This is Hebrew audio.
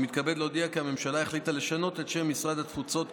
אני מתכבד להודיע כי הממשלה החליטה לשנות את שם משרד התפוצות,